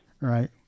Right